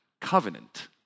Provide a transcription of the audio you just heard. covenant